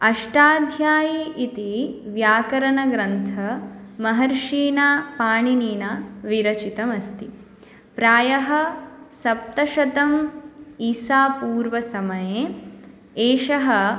अष्टाध्यायी इति व्याकरणग्रन्थः महर्षिणा पाणिनिना विरचितमस्ति प्रायः सप्तशतम् इसापूर्वसमये एषः